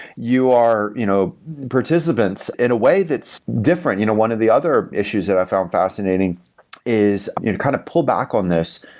you are you know participants in a way that's different. you know one of the other issues that i found fascinating is you kind of pull back on this,